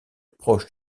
proche